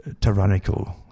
tyrannical